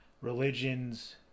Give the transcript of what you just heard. religions